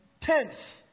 tents